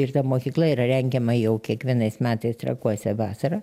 ir ta mokykla yra rengiama jau kiekvienais metais trakuose vasarą